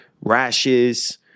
rashes